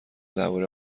درباره